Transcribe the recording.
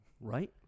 Right